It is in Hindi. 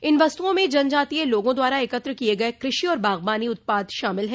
इन वस्तुओं में जनजातीय लोगों द्वारा एकत्र किए गए कृषि और बागवानी उत्पाद शामिल हैं